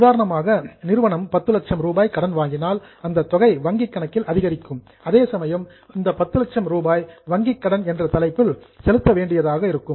உதாரணமாக நிறுவனம் 10 லட்சம் ரூபாய் கடன் வாங்கினால் அந்த தொகை வங்கிக் கணக்கில் அதிகரிக்கும் அதேசமயம் இந்த 10 லட்சம் ரூபாய் வங்கிக் கடன் என்ற தலைப்பில் செலுத்த வேண்டியதாக இருக்கும்